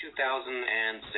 2006